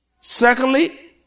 Secondly